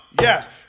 Yes